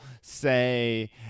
say